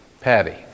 Patty